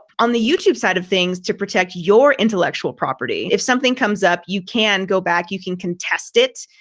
on the youtube side of things to protect your intellectual property, if something comes up, you can go back you can contest it.